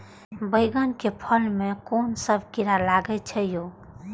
बैंगन के फल में कुन सब कीरा लगै छै यो?